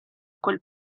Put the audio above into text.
quel